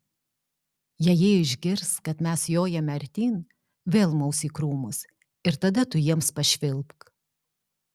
jei jie išgirs kad mes jojame artyn vėl maus į krūmus ir tada tu jiems pašvilpk